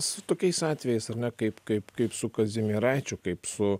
su tokiais atvejais ar ne kaip kaip kaip su kazimieraičiu kaip su